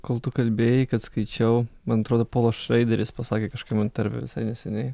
kol tu kalbėjai kad skaičiau man atrodo polas šraideris pasakė kažkokiam interviu visai neseniai